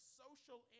social